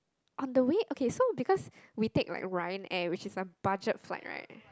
on the way okay so because we take like Ryanair which is a budget flight right